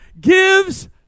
gives